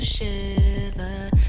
Shiver